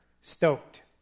stoked